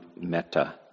metta